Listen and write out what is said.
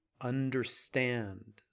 understand